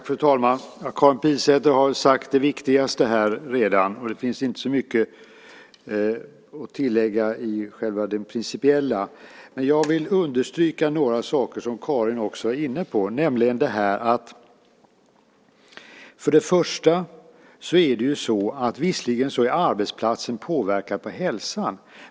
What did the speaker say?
Fru talman! Karin Pilsäter har sagt det viktigaste redan, och det finns inte så mycket att tillägga i själva den principiella frågan. Men jag vill understryka några saker som Karin var inne på. Först och främst påverkas visserligen hälsan på arbetsplatsen.